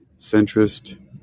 centrist